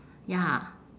ya